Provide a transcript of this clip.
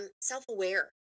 self-aware